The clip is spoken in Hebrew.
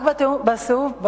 רק בסעיף הזה.